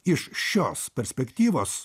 iš šios perspektyvos